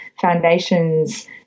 foundations